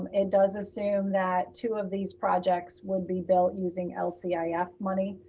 it does assume that two of these projects would be built using lcif ah yeah ah money,